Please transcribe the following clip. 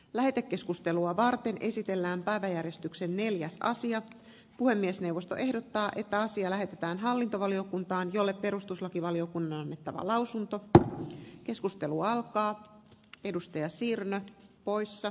lähetekeskustelua varten esitellään päiväjärjestyksen neljäs sija puhemiesneuvosto ehdottaa että asia lähetetään hallintovaliokuntaan jolle perustuslakivaliokunnan annettava lausunto tätä keskustelua haluttaa pirusti ja siirrellä poissa